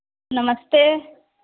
नमस्ते